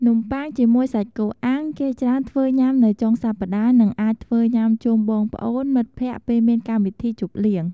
នំប័ុងជាមួយសាច់គោអាំងគេច្រើនធ្វើញុាំនៅចុងសប្ដាហ៍និងអាចធ្វើញុាំជុំបងប្អូន មិត្តភក្តិពេលមានកម្មវិធីជប់លៀង។